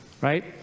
right